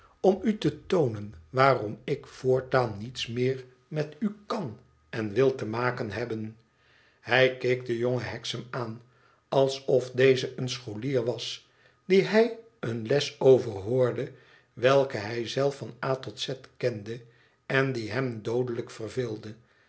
om u te toonen waarom ik voortaan niets meer met u kan en wü te maken hebben hij keek den jongen hexam aan alsof deze een scholier was dien hij eene les overhoorde welke hij zelf van a tot z kende en die hem doodelijk verveelde